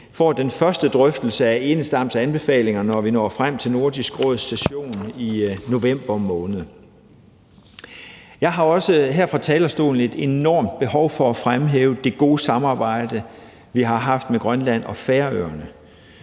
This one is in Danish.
får den første drøftelse af Enestams anbefalinger, når vi når frem til Nordisk Råds session i november måned. Jeg har også her fra talerstolen et enormt behov for at fremhæve det gode samarbejde, vi har haft med Grønland og Færøerne.